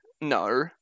no